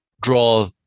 draw